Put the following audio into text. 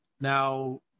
Now